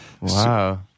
Wow